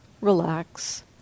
relax